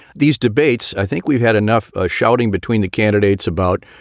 these debates, i think we've had enough ah shouting between the candidates about,